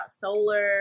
solar